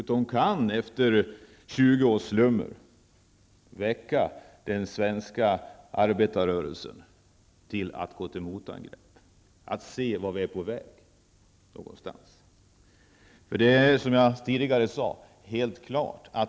De kan väcka den svenska arbetarrörelsen till att, efter 20 års slummer, se vart vi är på väg och gå till motangrepp.